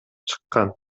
чыккан